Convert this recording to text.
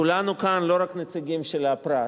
כולנו כאן לא רק נציגים של הפרט,